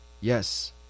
Yes